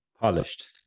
Polished